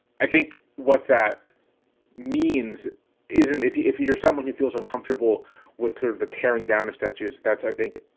i think what that means isn't if if you're someone who feels uncomfortable with the tearing down of statues, that's, i think,